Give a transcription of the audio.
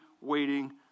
waiting